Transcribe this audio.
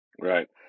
Right